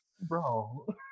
Bro